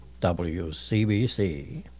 WCBC